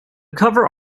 cover